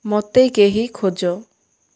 ମୋତେ କେହି ଖୋଜ